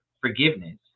forgiveness